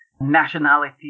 nationality